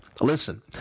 Listen